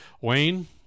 wayne